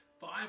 five